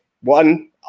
One